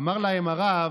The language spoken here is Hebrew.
אמר להם הרב: